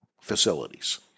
facilities